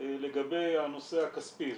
לגבי הנושא הכספי.